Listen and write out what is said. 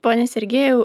pone sergėjau